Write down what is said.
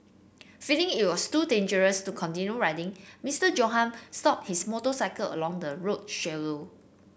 feeling it was too dangerous to continue riding Mister Johann stopped his motorcycle along the road